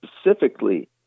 specifically